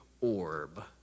orb